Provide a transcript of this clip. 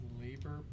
Labor